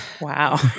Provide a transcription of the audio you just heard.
Wow